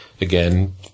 again